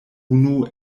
unu